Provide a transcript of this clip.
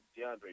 DeAndre